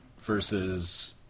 versus